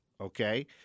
Okay